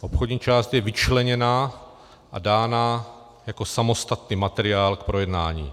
Obchodní část je vyčleněna a dána jako samostatný materiál k projednání.